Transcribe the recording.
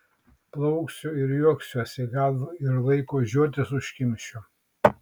plauksiu ir juoksiuosi gal ir laiko žiotis užkimšiu